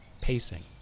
pacing